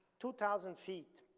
two thousand feet.